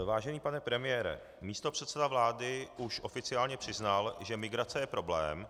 Vážený pane premiére, místopředseda vlády už oficiálně přiznal, že migrace je problém.